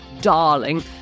darling